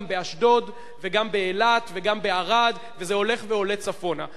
גם באשדוד וגם באילת וגם בערד וזה הולך ועולה צפונה.